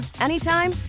anytime